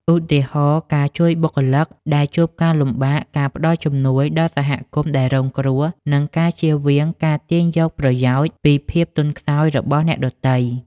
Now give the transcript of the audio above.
ឧទាហរណ៍ ការជួយបុគ្គលិកដែលជួបការលំបាក ការផ្ដល់ជំនួយដល់សហគមន៍ដែលរងគ្រោះ និងការជៀសវាងការទាញយកប្រយោជន៍ពីភាពទន់ខ្សោយរបស់អ្នកដទៃ។